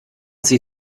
sie